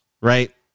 Right